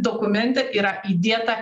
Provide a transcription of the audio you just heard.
dokumente yra įdėta